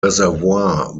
reservoir